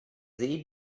see